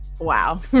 Wow